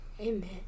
Amen